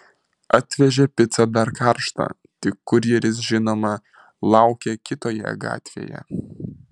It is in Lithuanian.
atvežė picą dar karštą tik kurjeris žinoma laukė kitoje gatvėje